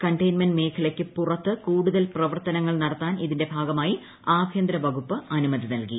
containment മേഖലയ്ക്ക് പുറത്ത് കൂടുതൽ പ്രവർത്തനങ്ങൾ നടത്താൻ ഇതിന്റെ ഭാഗമായി ആഭ്യന്തര വകുപ്പ് അനുമതി നൽകി